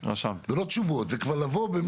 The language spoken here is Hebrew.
זה לא תשובות, זה כבר לבוא באמת.